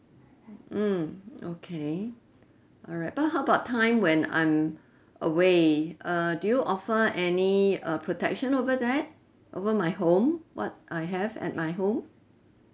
mm okay alright uh how about time when I'm away err do you offer any uh protection over there over my home what I have at my home